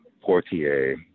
Portier